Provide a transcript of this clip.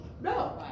No